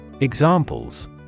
Examples